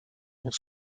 ont